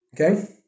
Okay